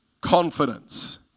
confidence